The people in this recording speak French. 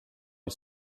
est